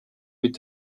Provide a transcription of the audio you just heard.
mit